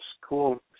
Cool